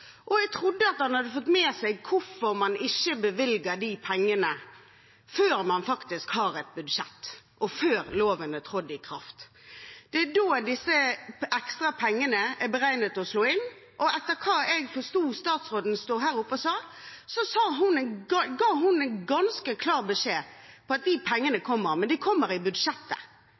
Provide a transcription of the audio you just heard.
og jeg trodde at han hadde fått med seg hvorfor man ikke bevilger pengene før man faktisk har et budsjett, og før loven er trådt i kraft. Det er da disse ekstra pengene er beregnet å slå inn. Og etter det jeg forsto på det statsråden sto her oppe og sa, ga hun en ganske klar beskjed om at de pengene kommer, men de kommer i budsjettet,